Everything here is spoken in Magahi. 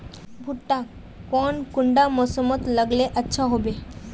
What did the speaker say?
भुट्टा कौन कुंडा मोसमोत लगले अच्छा होबे?